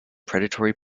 predatory